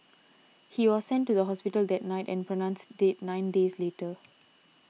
he was sent to the hospital that night and pronounced dead nine days later